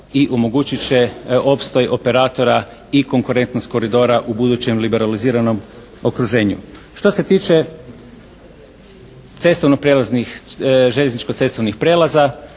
i omogućit će opstoj operatora i konkurentnost koridora u budućem liberaliziranom okruženju. Šta se tiče cestovno-prijelaznih,